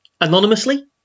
anonymously